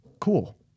Cool